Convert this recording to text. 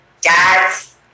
dads